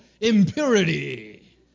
impurity